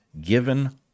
given